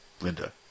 Linda